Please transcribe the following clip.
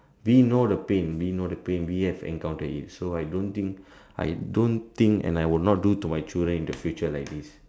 we know the pain we know the pain we have encountered it so I don't think I don't think and I will not do to my children in the future like this